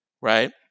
Right